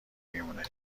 میمونه